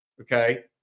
okay